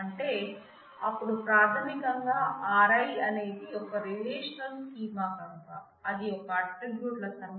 అంటే అప్పుడు ప్రాథమికంగా Ri అనేది ఒక రిలేషనల్ స్కీమా కనుక అది ఒక ఆట్రిబ్యూట్ల సమితి